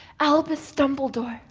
albus dumbledore.